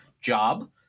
job